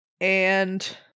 and-